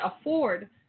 afford